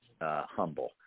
humble